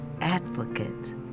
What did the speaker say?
advocate